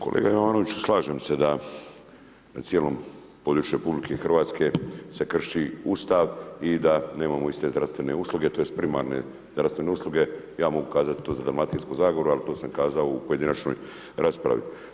Kolega Jovanoviću, slažem se da na cijelom području RH se krši Ustav i da nemamo iste zdravstvene usluge tj. primarne zdravstvene usluge, ja mogu kazati to za Dalmatinsku zagoru ali to sam kazao u pojedinačnoj raspravi.